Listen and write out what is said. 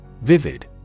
Vivid